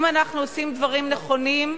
אם אנחנו עושים דברים נכונים,